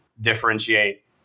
differentiate